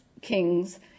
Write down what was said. kings